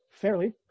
fairly